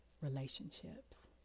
relationships